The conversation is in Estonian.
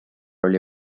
oli